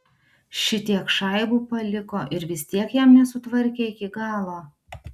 šitiek šaibų paliko ir vis tiek jam nesutvarkė iki galo